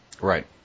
Right